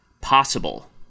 possible